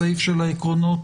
סעיף העקרונות